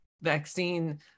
vaccine